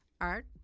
Art